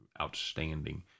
outstanding